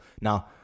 Now